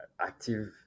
active